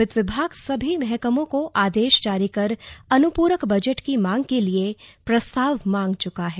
वित्त विभाग सभी महकमों को आदेश जारी कर अनुपूरक बजट की मांग के लिए प्रस्ताव मांग चुका है